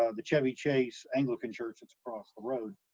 ah the chevy chase anglican church that's across the road,